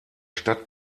stadt